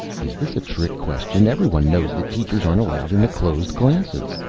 is this a trick question? everyone knows that teachers aren't allowed in the closed classes.